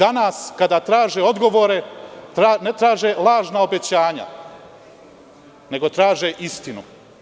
Danas kada traže odgovor, ne traže lažna obećanja, nego traže istinu.